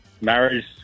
marriage